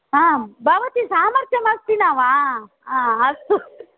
हा भवति सामर्त्यमस्ति न वा हा अस्तु